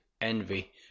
Envy